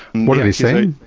what are they saying?